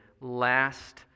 last